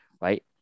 right